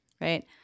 Right